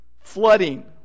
flooding